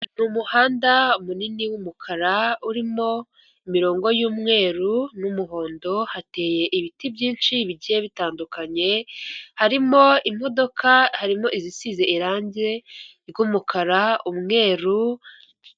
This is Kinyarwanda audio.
N'umuhanda munini wumukara, urimo imirongo y'umweru n'umuhondo, hateye ibiti byinshi bigiye bitandukanye harimo imodoka harimo izisize irangi ry'umukara n'umweru.